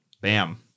Bam